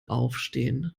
aufstehen